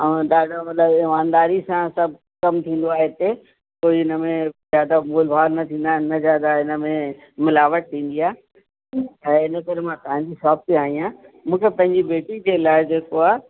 ऐं ॾाढो मतिलब इमानदारी सां सभु कमु थींदो आहे हिते कोई इनमें ज्यादा मोल भाव न थींदा आहिनि न ज्यादा इनमें मिलावट थींदी आहे ऐं इन करे मां तव्हांजी शॉप ते आई आहियां मूंखे पंहिंजी बेटी जे लाइ जेको आहे